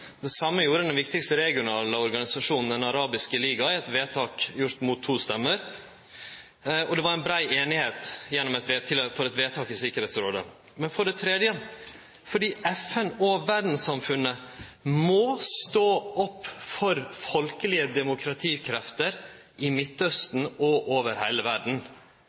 det. Det same gjorde den viktigaste regionale organisasjonen, Den arabiske liga – eit vedtak gjort mot to stemmer. Og det var ei brei einigheit om eit vedtak i Tryggingsrådet. For det tredje: FN og verdssamfunnet må stå opp for folkelege demokratikrefter i Midtausten og over heile verda.